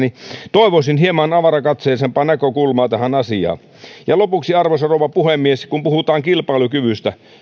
toivoisin hieman avarakatseisempaa näkökulmaa tähän asiaan lopuksi arvoisa rouva puhemies kun puhutaan kilpailukyvystä